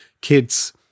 kids